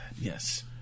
Yes